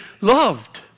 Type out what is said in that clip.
loved